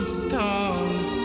stars